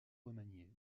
remanié